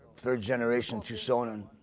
third generation tucsonan.